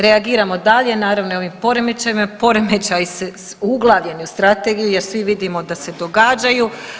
Reagiramo dalje, naravno i ovim poremećajima i poremećaji su uglavljeni u strategiju jer svi vidimo da se događaju.